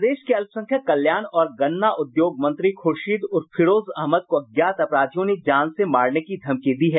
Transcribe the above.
प्रदेश के अल्पसंख्यक कल्याण और गन्ना उद्योग मंत्री खुर्शीद उर्फ फिरोज अहमद को अज्ञात अपराधियों ने जान से मारने की धमकी दी है